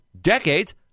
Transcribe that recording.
decades